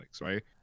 right